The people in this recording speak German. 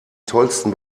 tollsten